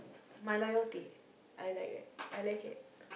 mine loyalty I like it I like it